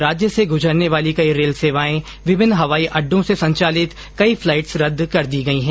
राज्य से गुजरने वाली कई रेल सेवायें विभिन्न हवाई अड्डों से संचालित कई फ्लाइट्स रद्द कर दी गयीं हैं